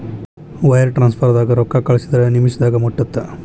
wire ಟ್ರಾನ್ಸ್ಫರ್ದಾಗ ರೊಕ್ಕಾ ಕಳಸಿದ್ರ ನಿಮಿಷದಾಗ ಮುಟ್ಟತ್ತ